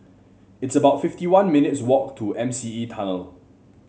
it's about fifty one minutes' walk to M C E Tunnel